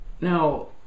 now